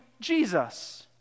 Jesus